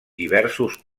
diversos